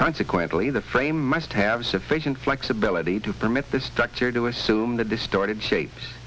consequently the frame must have sufficient flexibility to permit the structure to assume the distorted shape